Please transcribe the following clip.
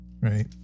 right